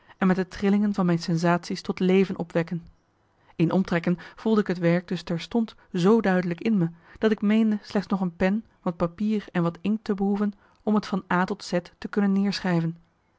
en met de trillingen van mijn sensatie's tot leven opwekken in omtrekken voelde ik het werk dus terstond zoo duidelijk in me dat ik meende slechts nog een pen wat papier en wat inkt te behoeven om het van a tot z te kunnen